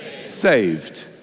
Saved